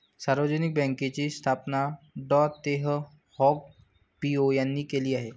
सार्वजनिक बँकेची स्थापना डॉ तेह हाँग पिओ यांनी केली आहे